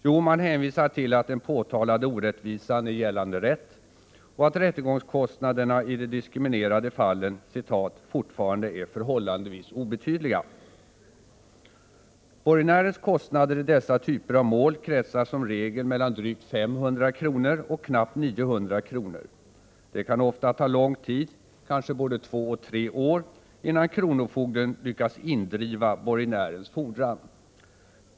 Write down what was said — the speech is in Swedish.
Jo, man hänvisar till att den påtalade orättvisan är gällande rätt och att rättegångskostnaderna i de diskriminerade fallen ”fortfarande är förhållandevis obetydliga”. Borgenärens kostnader i dessa typer av mål kretsar som regel mellan drygt 500 kr. och knappt 900 kr. Det kan ofta ta lång tid — kanske både två och tre år —- innan kronofogden lyckas indriva borgenärens fordran.